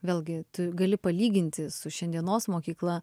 vėlgi tu gali palyginti su šiandienos mokykla